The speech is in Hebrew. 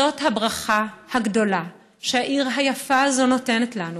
זאת הברכה הגדולה שהעיר היפה הזו נותנת לנו,